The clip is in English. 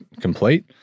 complete